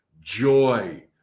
joy